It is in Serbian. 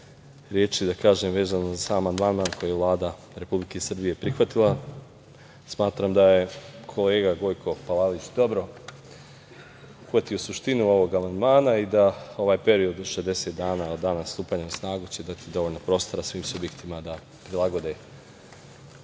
reči da kažem vezano za sam amandman koji je Vlada Republike Srbije prihvatila. Smatram da je kolega Gojko Palalić dobro uhvatio suštinu ovog amandmana i da ovaj period od 60 dana od dana stupanja na snagu će dati dovoljno prostora svim subjektima da prilagode se